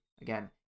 again